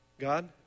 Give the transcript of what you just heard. God